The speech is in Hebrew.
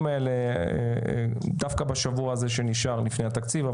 האלה דווקא בשבוע הזה שנשאר לפני התקציב.